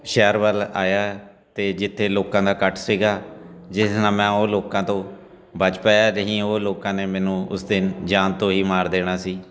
ਸ਼ਹਿਰ ਵੱਲ ਆਇਆ ਅਤੇ ਜਿੱਥੇ ਲੋਕਾਂ ਦਾ ਇਕੱਠ ਸੀਗਾ ਜਿਸ ਨਾਲ ਮੈਂ ਉਹ ਲੋਕਾਂ ਤੋਂ ਬਚ ਪਾਇਆ ਨਹੀਂ ਉਹ ਲੋਕਾਂ ਨੇ ਮੈਨੂੰ ਉਸ ਦਿਨ ਜਾਨ ਤੋਂ ਹੀ ਮਾਰ ਦੇਣਾ ਸੀ